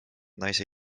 naise